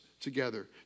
together